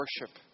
worship